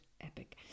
epic